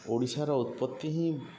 ଓଡ଼ିଶାର ଉତ୍ପତ୍ତି ହିଁ